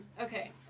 Okay